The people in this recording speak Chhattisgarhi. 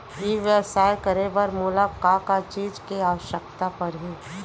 ई व्यवसाय करे बर मोला का का चीज के आवश्यकता परही?